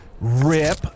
Rip